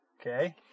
Okay